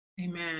Amen